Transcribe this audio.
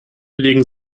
legen